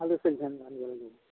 ভাল লাগিব